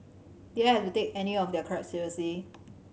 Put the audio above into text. did I have to take any of their crap seriously